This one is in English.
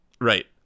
Right